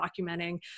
documenting